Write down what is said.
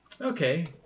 Okay